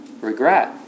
regret